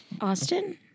Austin